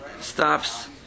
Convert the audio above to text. stops